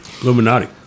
Illuminati